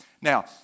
Now